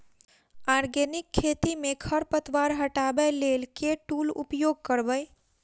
Organic खेती मे खरपतवार हटाबै लेल केँ टूल उपयोग करबै?